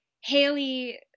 Haley